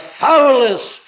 foulest